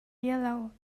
yellow